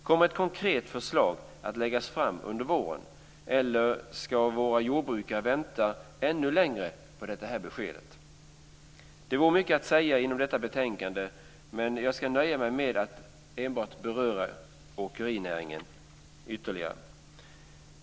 Kommer ett konkret förslag att läggas fram under våren, eller ska våra jordbrukare vänta ännu längre på detta besked? Det finns mycket att säga om detta betänkande, men jag ska nöja mig med att enbart beröra åkerinäringen ytterligare.